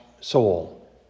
soul